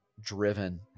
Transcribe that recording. driven